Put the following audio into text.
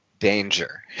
danger